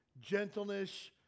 gentleness